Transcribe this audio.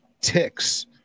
Ticks